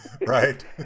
Right